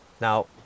Now